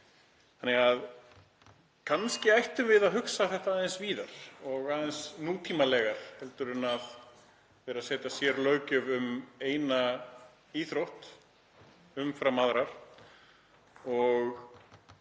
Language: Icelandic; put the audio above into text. borði? Kannski ættum við að hugsa þetta aðeins víðar og aðeins nútímalegar en að vera að setja sérlöggjöf um eina íþrótt umfram aðrar og